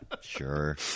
Sure